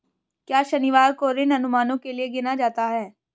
क्या शनिवार को ऋण अनुमानों के लिए गिना जाता है?